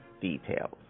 details